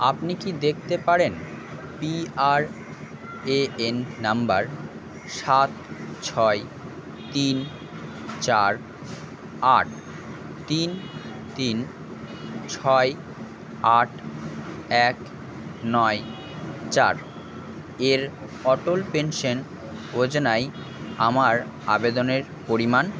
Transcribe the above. আপনি কি দেখতে পারেন পিআরএএন নাম্বার সাত ছয় তিন চার আট তিন তিন ছয় আট এক নয় চার এর অটল পেনশন যোজনায় আমার আবেদনের পরিমাণ